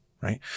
right